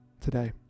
today